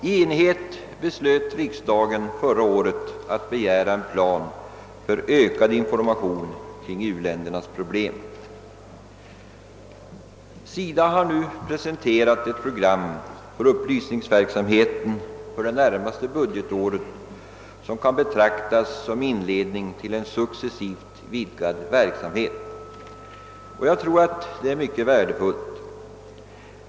I enighet beslöt riksdagen förra året att begära en plan för ökad information kring u-ländernas problem. SIDA har nu presenterat ett program för upplysningsverksamheten för det närmaste budgetåret som kan betraktas som inledning till en successivt vidgad verksamhet. Jag tror att detta är mycket värdefullt.